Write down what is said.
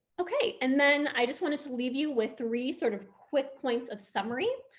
okay, and then i just wanted to leave you with three sort of quick points of summary.